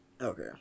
Okay